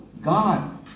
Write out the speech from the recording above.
God